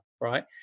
right